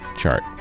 chart